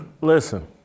Listen